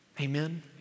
Amen